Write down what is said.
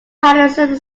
patterson